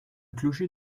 clocher